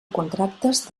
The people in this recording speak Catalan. contractes